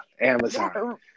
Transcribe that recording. amazon